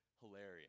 hilarious